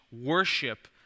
worship